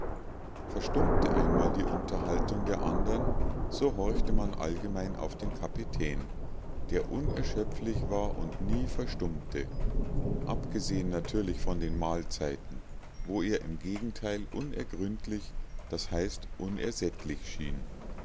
verstummte einmal die unterhaltung der andern so horchte man allgemein auf den kapitän der unerschöpflich war und nie verstummte abgesehen natürlich von den mahlzeiten wo er im gegenteil unergründlich das heißt unersättlich schien